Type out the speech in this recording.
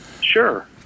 Sure